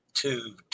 two